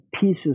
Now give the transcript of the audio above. pieces